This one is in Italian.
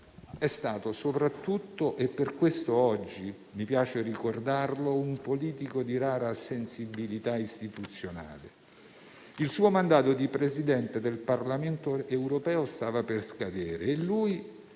è stato soprattutto - e per questo oggi mi piace ricordarlo - un politico di rara sensibilità istituzionale. Il suo mandato di Presidente del Parlamento europeo stava per scadere e lui,